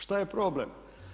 Šta je problem?